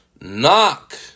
Knock